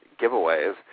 giveaways